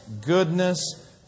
goodness